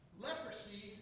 leprosy